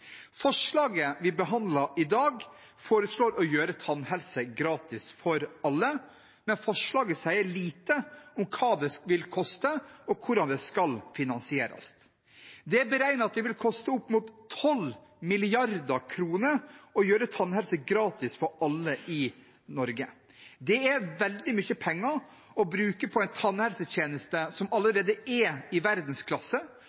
Forslaget vi behandler i dag, foreslår å gjøre tannhelse gratis for alle, men forslaget sier lite om hva det vil koste, og hvordan det skal finansieres. Det er beregnet at det vil koste opp mot 12 mrd. kr å gjøre tannhelse gratis for alle i Norge. Det er veldig mye penger å bruke på en tannhelsetjeneste som